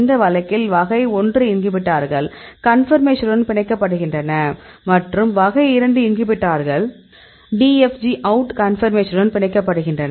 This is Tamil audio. இந்த வழக்கில் வகை 1 இன்ஹிபிட்டார்கள் கன்பர்மேஷனுடன் பிணைக்கப்படுகின்றன மற்றும் வகை 2 இன்ஹிபிட்டார்கள் DFG OUT கன்பர்மேஷனுடன் பிணைக்கப்படுகின்றன